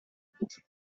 les